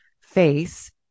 face